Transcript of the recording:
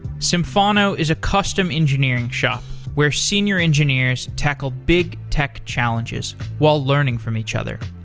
symphono is a custom engineering shop where senior engineers tackle big tech challenges while learning from each other.